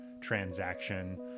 transaction